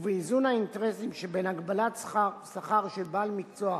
ובאיזון האינטרסים שבין הגבלת שכר של בעל מקצוע